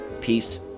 Peace